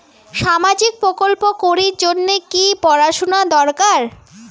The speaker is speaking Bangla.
সামাজিক প্রকল্প করির জন্যে কি পড়াশুনা দরকার?